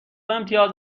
امتیاز